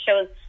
shows